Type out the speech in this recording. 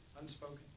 Unspoken